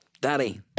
Daddy